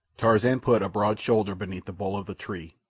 tarzan put a broad shoulder beneath the bole of the tree,